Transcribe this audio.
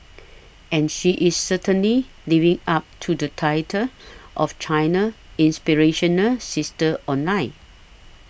and she is certainly living up to the title of China's inspirational sister online